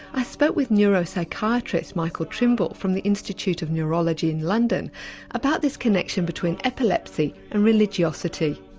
i spoke with neuropsychiatrist michael trimble from the institute of neurology in london about this connection between epilepsy and religiosity.